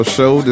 Show